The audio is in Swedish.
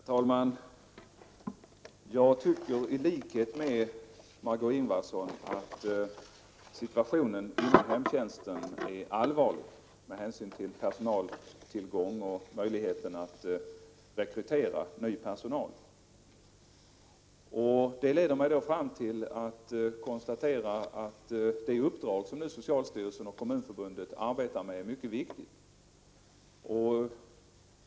Herr talman! Jag tycker i likhet med Marg6é Ingvardsson att situationen inom hemtjänsten är allvarlig med hänsyn till personaltillgång och möjligheten att rekrytera ny personal. Jag kan konstatera att det uppdrag som socialstyrelsen och Kommunförbundet arbetar med är mycket viktigt.